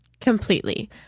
completely